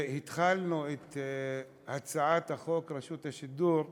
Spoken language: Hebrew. כשהתחלנו להכין את הצעת חוק השידור הציבורי,